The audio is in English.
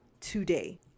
today